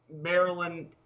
Maryland